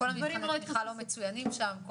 כל מבחני התמיכה לא מצוינים שם.